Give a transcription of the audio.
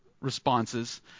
responses